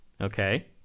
Okay